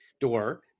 door